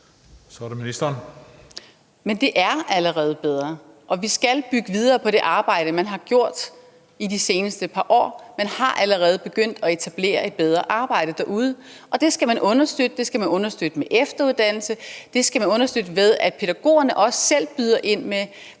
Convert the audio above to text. (Merete Riisager): Men det er allerede bedre, og vi skal bygge videre på det arbejde, man har gjort de seneste par år. De er allerede begyndt at etablere et bedre arbejde derude, og det skal man understøtte. Det skal man understøtte med efteruddannelse; det skal man understøtte, ved at pædagogerne også selv byder ind med,